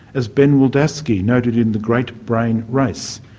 as ben wildavsky noted in the great brain race,